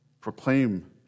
Proclaim